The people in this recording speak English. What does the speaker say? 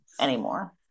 anymore